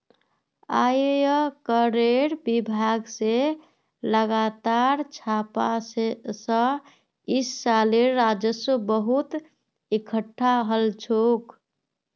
आयकरेर विभाग स लगातार छापा स इस सालेर राजस्व बहुत एकटठा हल छोक